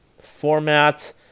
format